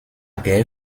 guerre